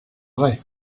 vrai